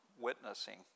witnessing